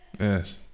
yes